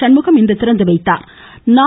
சண்முகம் இன்று திறந்து வைத்தாா்